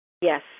Yes